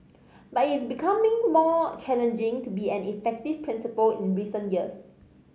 but it's becoming more challenging to be an effective principal in recent years